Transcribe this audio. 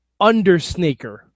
Undersnaker